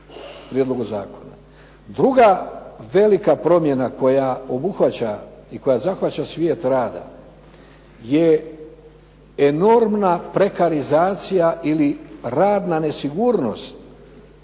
Druga velika promjena koja obuhvaća i koja zahvaća svijet rada je enormna prekarizacija ili radna nesigurnost